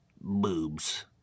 boobs